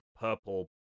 purple